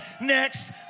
next